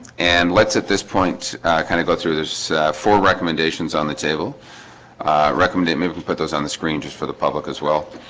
and let's at this point. i kind of go through there's four recommendations on the table recommend they maybe put those on the screen just for the public as well